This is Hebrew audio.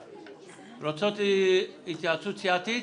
רציתי להביא לכם את זה בתנאי,